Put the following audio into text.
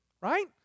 right